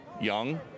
young